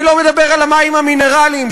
אני לא מדבר על המים המינרליים,